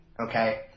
okay